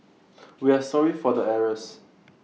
we are sorry for the errors